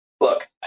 Look